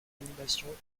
animations